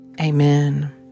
Amen